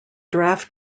draft